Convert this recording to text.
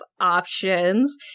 options